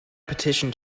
petition